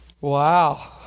Wow